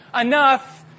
enough